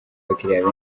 abakiriya